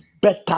better